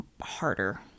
harder